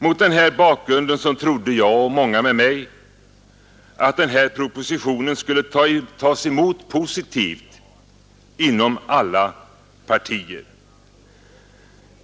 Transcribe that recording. Mot denna bakgrund trodde jag och många med mig att den här propositionen skulle tas emot positivt inom alla partier.